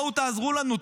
בואו תעזרו לנו,